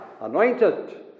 anointed